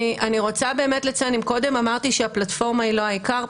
אני רוצה לציין שאם קודם אמרתי שהפלטפורמה היא לא העיקר,